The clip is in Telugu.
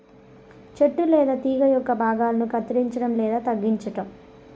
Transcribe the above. చెట్టు లేదా తీగ యొక్క భాగాలను కత్తిరించడం లేదా తగ్గించటం